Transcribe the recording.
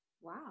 Wow